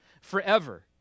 forever